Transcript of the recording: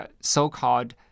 so-called